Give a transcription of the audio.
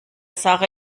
sache